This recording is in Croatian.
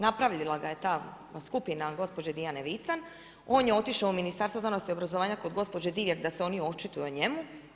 Napravila ga je ta skupina gospođe Dijane Vican, on je otišao u Ministarstvo znanosti obrazovanja kod gospođe Divjak da se oni očituju o njemu.